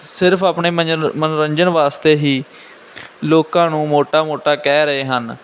ਸਿਰਫ਼ ਆਪਣੇ ਮਜੋ ਮਨੋਰੰਜਨ ਵਾਸਤੇ ਹੀ ਲੋਕਾਂ ਨੂੰ ਮੋਟਾ ਮੋਟਾ ਕਹਿ ਰਹੇ ਹਨ